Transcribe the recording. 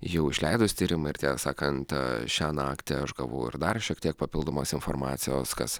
jau išleidus tyrimą ir tiesą sakant šią naktį aš gavau ir dar šiek tiek papildomos informacijos kas